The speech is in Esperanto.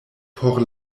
por